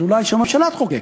אז אולי שהממשלה תחוקק.